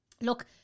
Look